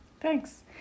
Thanks